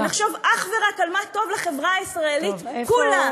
ונחשוב אך ורק על מה טוב לחברה הישראלית כולה,